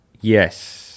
yes